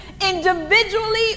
individually